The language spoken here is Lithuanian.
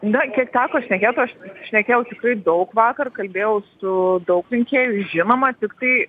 na kiek teko šnekėt aš šnekėjau tikrai daug vakar kalbėjau su daug rinkėjų žinoma tiktai